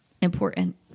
important